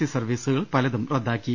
C സർവീസുകൾ പലതും റദ്ദാ ക്കി